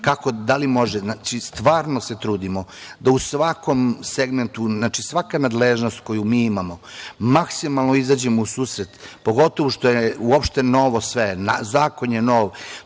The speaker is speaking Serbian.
kako, da li može, znači stvarno se trudimo da u svakom segmentu, svaka nadležnost koju mi imamo, maksimalno izađemo u susret, pogotovo što je uopšte novo sve, zakon je nov.